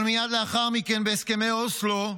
אבל מייד לאחר מכן, בהסכמי אוסלו,